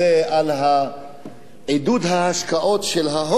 על עידוד ההשקעות של ההון,